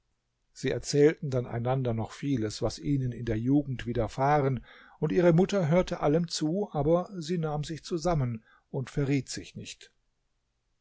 sie erzählten dann einander noch vieles was ihnen in der jugend widerfahren und ihre mutter hörte allem zu aber sie nahm sich zusammen und verriet sich nicht